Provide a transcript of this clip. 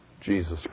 Jesus